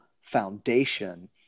foundation